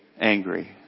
angry